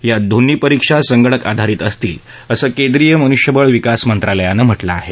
या दोन्ही परीक्षा संगणक आधारीत असतील असं केंद्रीय मनुष्यबळ विकास मंत्रालयानं म्हटलं आहे